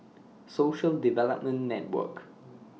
Social Development Network